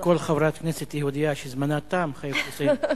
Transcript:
וכל חברת כנסת יהודייה שזמנה תם, חייבת לסיים.